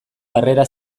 harrera